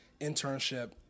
internship